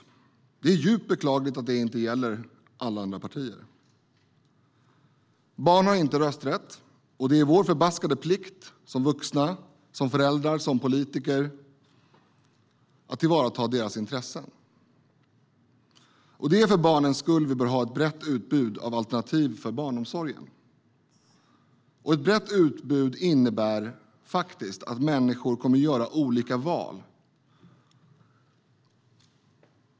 Det är djupt beklagligt att det inte gäller alla andra partier. Barn har inte rösträtt, och det är vår förbaskade plikt som vuxna, som föräldrar och som politiker att tillvarata deras intressen. Det är för barnens skull vi bör ha ett brett utbud av alternativ för barnomsorgen. Ett brett utbud innebär faktiskt att människor kommer att göra olika val.